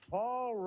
Paul